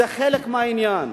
זה חלק מהעניין.